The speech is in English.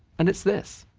and it's this